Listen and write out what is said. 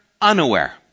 unaware